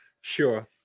sure